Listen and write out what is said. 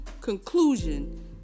conclusion